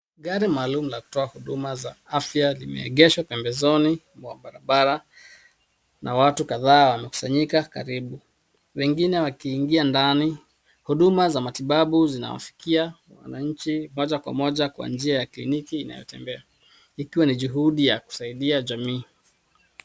Gari maalum la kutoa huduma za afya limeegeshwa pembezoni mwa barabara na watu kadhaa wamekusanyika karibu. Wengine wakiingia ndani ,huduma za matibabu zikiwafikia wananchi moja ka moja kwa nia ya kliniki inayo tembea. Ikiwa ni juhudi ya kusaidia jamii.